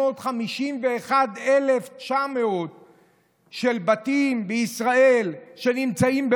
ב-651,900 בתים בישראל שנמצאים בעוני.